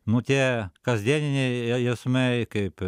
nu tie kasdieniniai jausmai kaip